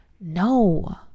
no